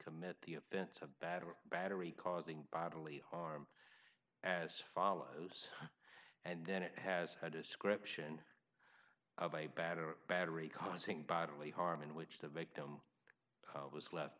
commit the offense of battery battery causing bodily harm as follows and then it has a description of a bad battery causing bodily harm in which the victim was left